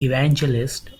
evangelist